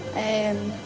and